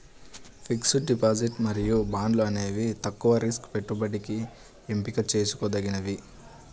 fixed deposit మరియు బాండ్లు అనేవి తక్కువ రిస్క్ పెట్టుబడికి ఎంపిక చేసుకోదగినవి